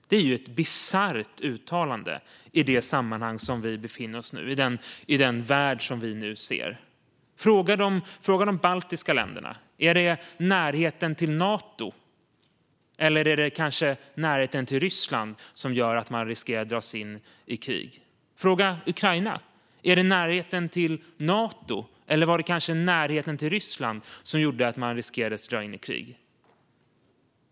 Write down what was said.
Det är ju ett bisarrt uttalande i det sammanhang vi befinner oss i nu, i den värld som vi nu ser. Fråga de baltiska länderna: Är det närheten till Nato eller är det kanske närheten till Ryssland som gör att ni riskerar att dras in i krig? Fråga Ukraina: Var det närheten till Nato eller var det kanske närheten till Ryssland som gjorde att ni riskerade att dras in i krig?